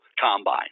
combine